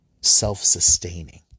self-sustaining